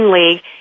League